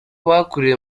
bakuriye